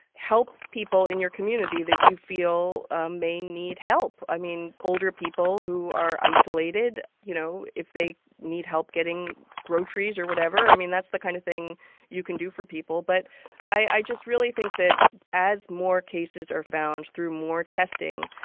help people in your community that you feel ah may need help. i mean, older people who are isolated, you know, if they need help getting groceries or whatever, i mean, that's the kind of thing you can do for people but i just really think that as more cases are found through more testing,